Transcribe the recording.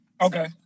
Okay